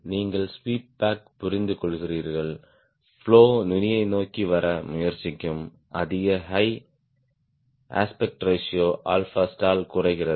நீங்கள் sweep back புரிந்துகொள்கிறீர்கள் flow நுனியை நோக்கி வர முயற்சிக்கும் அதிக ஹை அஸ்பெக்ட் ரேஷியோ stall குறைக்கிறது